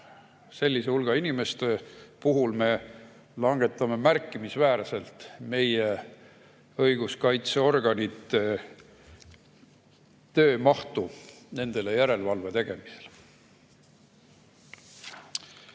Sellise hulga inimeste puhul me langetame märkimisväärselt meie õiguskaitseorganite töömahtu nende üle järelevalve tegemisel.